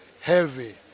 heavy